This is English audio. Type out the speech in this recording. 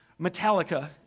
Metallica